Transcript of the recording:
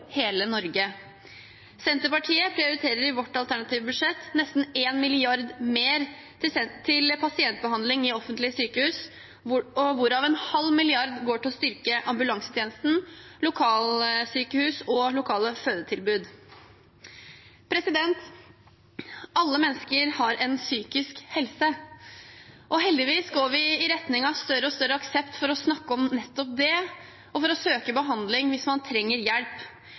hele Norge. Senterpartiet prioriterer i sitt alternative budsjett nesten 1 mrd. kr mer til pasientbehandling i offentlige sykehus, hvorav 0,5 mrd. kr går til å styrke ambulansetjenesten, lokalsykehus og lokale fødetilbud. Alle mennesker har en psykisk helse. Heldigvis går vi i retning av større og større aksept for å snakke om nettopp det og for å søke behandling hvis man trenger hjelp.